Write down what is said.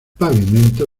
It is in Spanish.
pavimento